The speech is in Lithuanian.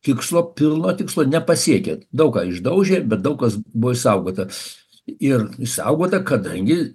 tikslo pilno tikslo nepasiekė daug ką išdaužė bet daug kas buvo išsaugota ir išsaugota kadangi